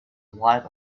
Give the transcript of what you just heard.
light